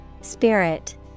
Spirit